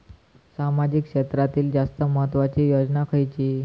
सामाजिक क्षेत्रांतील जास्त महत्त्वाची योजना खयची?